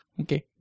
okay